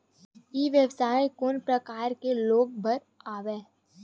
ई व्यवसाय कोन प्रकार के लोग बर आवे?